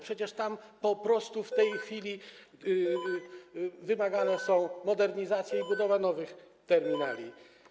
Przecież tam w tej chwili wymagane są modernizacje i budowa nowych terminali.